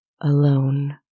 alone